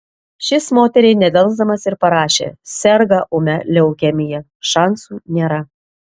šis moteriai nedelsdamas ir parašė serga ūmia leukemija šansų nėra